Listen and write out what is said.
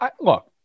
Look